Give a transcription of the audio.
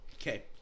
Okay